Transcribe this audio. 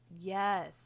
Yes